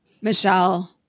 Michelle